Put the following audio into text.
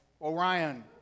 Orion